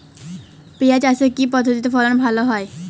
পিঁয়াজ চাষে কি পদ্ধতিতে ফলন ভালো হয়?